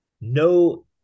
no